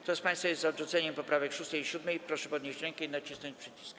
Kto z państwa jest za odrzuceniem poprawek 6. i 7., proszę podnieść rękę i nacisnąć przycisk.